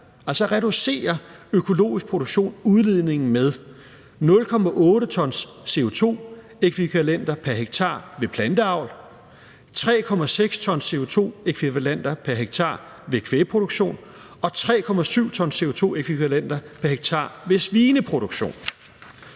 reducerer økologisk produktion udledningen med 0,8 t CO2-ækvivalenter pr. hektar ved planteavl, 3,6 t CO2-ækvivalenter pr. hektar ved kvægproduktion og 3,7 t CO2-ækvivalenter pr. hektar ved svineproduktion.